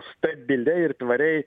stabiliai ir tvariai